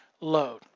load